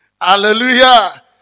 Hallelujah